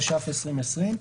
התש"ף-2020.